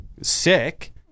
sick